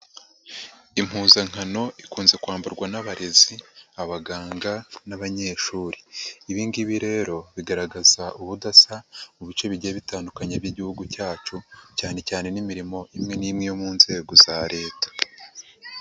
Impuzankano ikunze kwamburwa n'abarezi, abaganga n'abanyeshuri, ibi ngibi rero bigaragaza ubudasa mu bice bigiye bitandukanye by'Igihugu cyacu cyane cyane n'imirimo imwe n'imwe yo mu nzego za Leta.